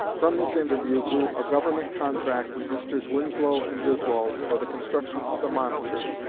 from this interview grew a government contract with messrs. winslow and griswold for the construction of the monitor,